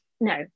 No